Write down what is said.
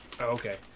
okay